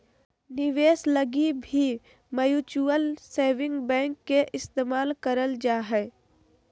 निवेश लगी भी म्युचुअल सेविंग बैंक के इस्तेमाल करल जा हय